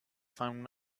found